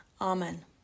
Amen